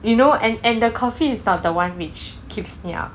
you know and and the coffee is not the one which keeps me up